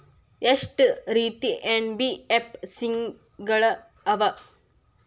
ಎಷ್ಟ ರೇತಿ ಎನ್.ಬಿ.ಎಫ್.ಸಿ ಗಳ ಅವ?